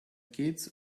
kids